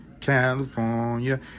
California